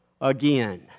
again